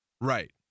right